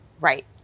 Right